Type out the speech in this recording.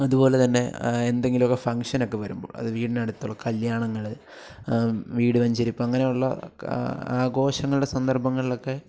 അതുപോലെ തന്നെ എന്തെങ്കിലുമൊക്കെ ഫംഗ്ഷൻ ഒക്കെ വരുമ്പോൾ അത് വീട്ടിനടുത്തുള്ള കല്യാണങ്ങൾ വീട് വെഞ്ചരിപ്പ് അങ്ങനെയുള്ള ആഘോഷങ്ങളളുടെ സന്ദർഭങ്ങളിലൊക്കെ